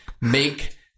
make